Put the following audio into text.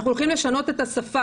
אנחנו הולכים לשנות את השפה.